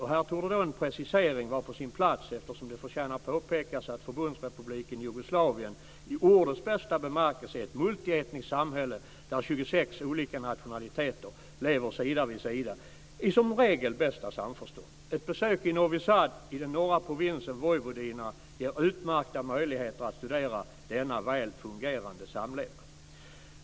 Här torde en precisering vara på sin plats, eftersom det förtjänar påpekas att Förbundsrepubliken Jugoslavien i ordets bästa bemärkelse är ett multietniskt samhälle, där 26 olika nationaliteter lever sida vid sida, som regel i bästa samförstånd. Ett besök i Novi Sad i den norra provinsen Vojvodina ger utmärkta möjligheter att studera denna väl fungerande samlevnad.